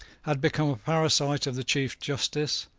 had become a parasite of the chief justice,